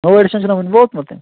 نوٚو ایٚڈِشن چھُنہ وُنہِ ووتمُتٕے